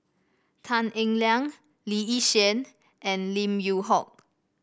Tan Eng Liang Lee Yi Shyan and Lim Yew Hock